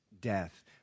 death